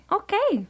okay